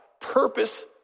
purpose